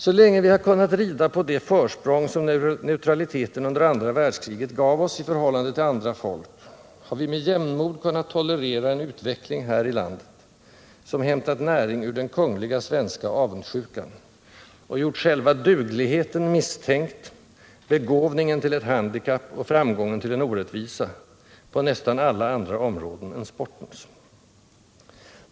Så länge vi har kunnat rida på det försprång som neutraliteten under andra världskriget gav oss i förhållande till andra folk, har vi med jämnmod kunnat tolerera en utveckling här i landet som hämtat näring ur den kungliga svenska avundsjukan och gjort själva dugligheten misstänkt, begåvningen till ett handikapp och framgången till en orättvisa — på nästan alla andra områden än sportens.